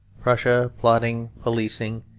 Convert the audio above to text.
prussia, plodding, policing,